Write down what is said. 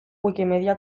wikimedia